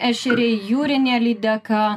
ešeriai jūrinė lydeka